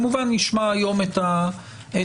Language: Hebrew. כמובן נשמע היום את הממונה,